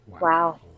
wow